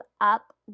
up